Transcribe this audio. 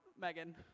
Megan